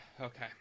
Okay